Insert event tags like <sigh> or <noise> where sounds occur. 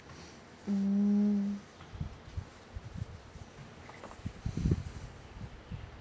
<breath> mm <breath>